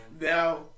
now